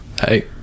Hey